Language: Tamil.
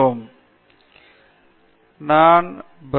எனவே இது ஒரு மாநாட்டின் பெரும் பிளஸ் புள்ளி